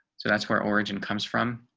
so that's where origin comes from,